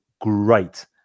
great